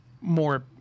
more